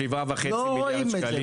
שבעה וחצי מיליארד שקלים